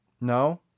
No